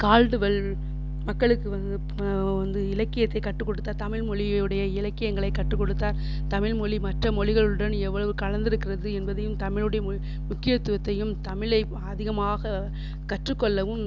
Caldwell மக்களுக்கு வந்து இலக்கியத்தை கற்றுக் கொடுத்தார் தமிழ் மொழியுடைய இலக்கியங்களை கற்றுக் கொடுத்தார் தமிழ் மொழி மற்ற மொழிகளுடன் எவ்வளவு கலந்திருக்கிறது என்பதையும் தமிழுடைய முக்கியத்துவத்தையும் தமிழை அதிகமாக கற்றுக்கொள்ளவும்